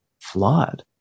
flawed